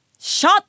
Shot